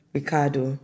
Ricardo